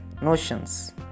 Notions